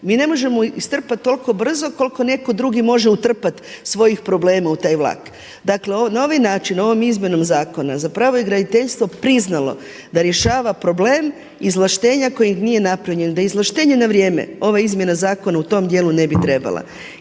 Mi ne možemo istrpati toliko brzo koliko netko drugi može utrpati svojih problema u taj vlak. Dakle na ovaj način, ovom izmjenom zakona, za pravo je graditeljstvo priznalo da rješava problem izvlaštenja koji nije napravljen. Da je izvlaštenje na vrijeme, ova izmjena zakona u tom dijelu ne bi trebala.